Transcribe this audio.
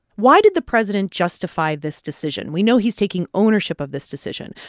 why did the president justify this decision? we know he's taking ownership of this decision.